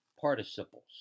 participles